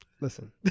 Listen